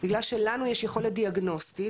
בגלל שלנו יש יכולת דיאגנוסטית,